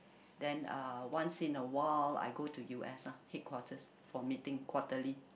then uh once in a while I go to U_S ah headquarters for meeting quarterly